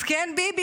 מסכן ביבי,